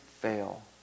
fail